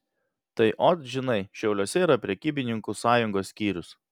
tai ot žinai šiauliuose yra prekybininkų sąjungos skyrius